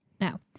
Now